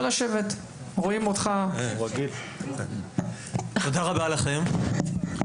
תודה רבה לכם,